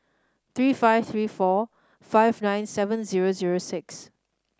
three five three four five nine seven zero zero six